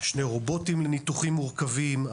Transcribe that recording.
שני רובוטים לניתוחים מורכבים,